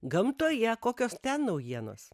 gamtoje kokios ten naujienos